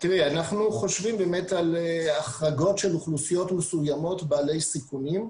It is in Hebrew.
אנחנו חושבים באמת על החרגות של אוכלוסיות מסוימות בעלי סיכונים,